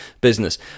business